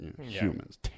humans